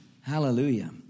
Hallelujah